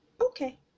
Okay